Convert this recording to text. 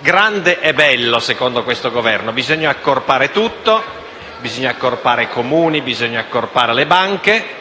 grande è bello, secondo questo Governo: bisogna accorpare tutto; bisogna accorpare Comuni e banche.